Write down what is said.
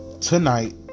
tonight